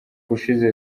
ushize